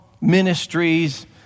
ministries